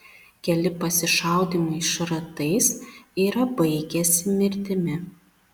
keli pasišaudymai šratais yra baigęsi mirtimis